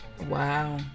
Wow